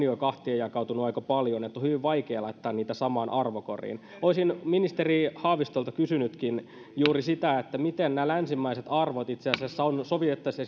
jo kahtiajakautuneet aika paljon niin että on hyvin vaikea laittaa niitä samaan arvokoriin olisin ministeri haavistolta kysynytkin juuri siitä miten nämä länsimaiset arvot itse asiassa ovat sovitettavissa